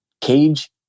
cage